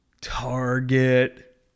Target